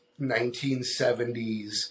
1970s